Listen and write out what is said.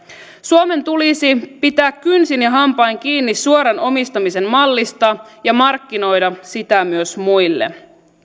suomen tulisi pitää kynsin ja hampain kiinni suoran omistamisen mallista ja markkinoida sitä myös muille